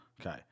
Okay